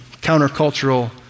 countercultural